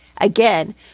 Again